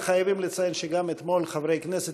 וחייבים לציין שגם אתמול חברי כנסת,